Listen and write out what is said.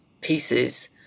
pieces